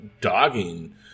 dogging